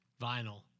vinyl